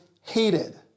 hated